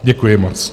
Děkuji moc.